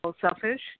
selfish